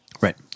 right